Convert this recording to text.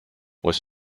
was